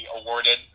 awarded